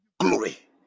Glory